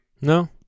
No